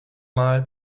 mal